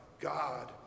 God